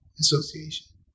association